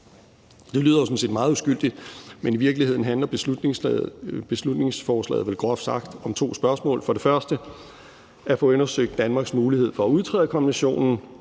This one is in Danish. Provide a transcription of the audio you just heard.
set meget uskyldigt, men i virkeligheden handler beslutningsforslaget vel groft sagt om to spørgsmål: for det første at få undersøgt Danmarks mulighed for at udtræde af konventionen